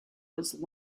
was